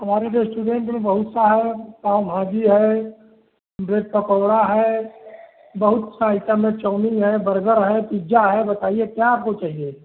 हमारे रेस्टोरेंट में बहुत सा है पाव भाजी है ब्रेड पकौड़ा है बहुत सा आइटम है चाऊमीन है बर्गर है पिज्जा है बताइए क्या आपको चाहिए